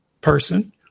person